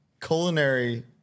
Culinary